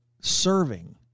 serving